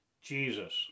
Jesus